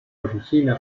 origina